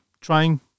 trying